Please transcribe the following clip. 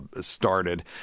started